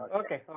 okay